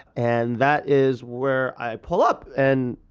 and that is where i pull up. and,